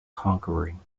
conquering